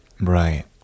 right